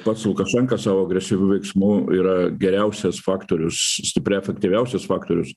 pats lukašenka savo agresyviu veiksmu yra geriausias faktorius stipriai efektyviausias faktorius